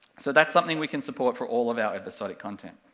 so that's something we can support for all of our episodic content.